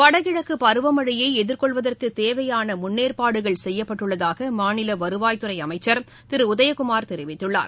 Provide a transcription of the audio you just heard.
வடகிழக்கு பருவமழைய எதிர்கொள்வதற்கு தேவையான முன்னேற்பாடுகள் செய்யப்பட்டுள்ளதாக மாநில வருவாய் துறை அமைச்சர் திரு உதயகுமார் தெரிவித்துள்ளார்